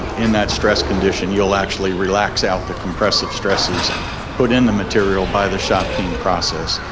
in that stress condition you'll actually relax out the compressive stresses put in the material by the shot peen process.